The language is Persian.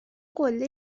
قله